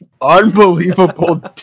Unbelievable